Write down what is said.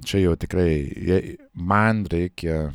čia jau tikrai jei man reikia